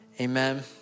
Amen